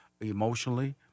emotionally